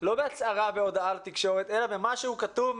יש צורך במשהו כתוב,